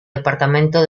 departamento